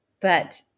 But-